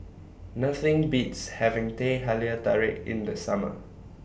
Nothing Beats having Teh Halia Tarik in The Summer